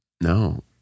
no